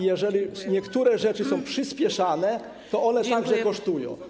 Jeżeli niektóre rzeczy są przyspieszane, to one także kosztują.